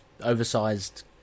oversized